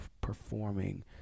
performing